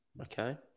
Okay